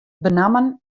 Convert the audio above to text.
benammen